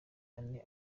ane